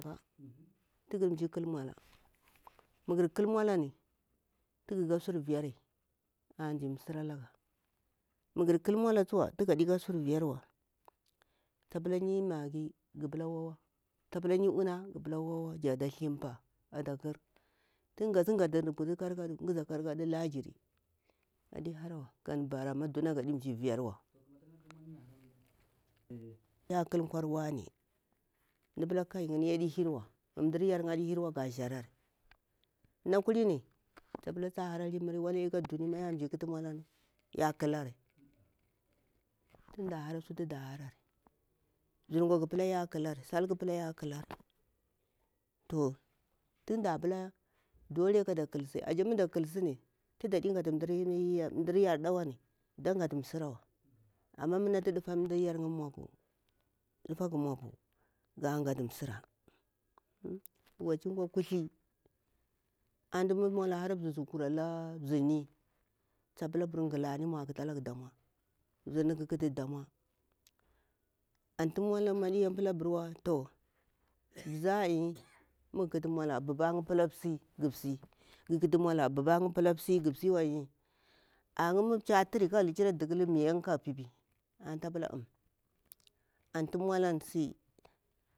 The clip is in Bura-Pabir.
Tu gar mzi, ƙal maula, ma ghar ƙal maulani to gaka sur yiyari azi msira laga mu ghar kal maula tsuwa mu ga ɗake sur viyawa tapula ni magi gah pula wawa ta pula hi una gah pula wawa jira thi pa ata ƙar tun gasi ghata da rubutusir karkaɗu ghazi karkaɗu lajiri adi harawa gan bara amma dunaga adi mzi viyarwa ya ƙal kwar wane mda pila yini yadi hirwa mdar yar'ya adi hirwa gazarari na kulini tsapula harari mri rala ka duni ya ƙatu maulani ya ƙalari tunda hara sutu da harari zirkwa ƙa pula ya ƙalari mzir sal ƙa pula ya ƙalari to tunda pula dola sai da ƙalsi ashe muda ƙalsini tudaɗi ghatu garir ɗar yaɗa wani da ghatu msirwa anna hatu difa mdir ya'ya maupu difaga maupu ga ghatu waci gau kuthli antu mu maula hara zibzi kur ala mzirni tsa pula gulani mau ƙata laga damau mzirni ƙa ƙatu damau antu maula madiyan pila abur to zaiyi mag ƙatu maula babar'ya pula siyi gah siyi gukutu maula buba'ya pila msi gah msi a'ya mu mehi aturi kara likira duƙal miya'ya kara pipi antu ta pula umantu maulan si antu bubani.